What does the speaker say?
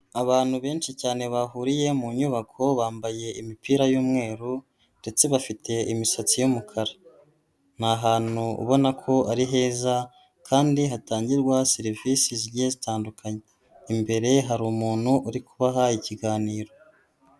Abantu benshi cyane bahuriye mu nyubako, bambaye imipira y'umweru ndetse bafite imisatsi y'umukara, ni ahantu ubona ko ari heza kandi hatangirwa serivisi zigiye zitandukanye, imbere hari umuntu uri kubaha ikiganiro.